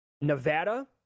Nevada